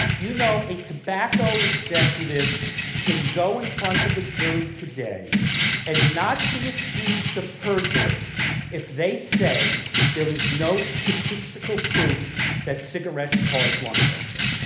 you know a tobacco executive can go in front of a jury today and not be accused of perjury if they say there is no statistical proof that cigarettes cause lung cancer.